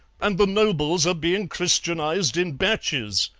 and the nobles are being christianized in batches,